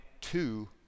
two